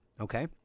okay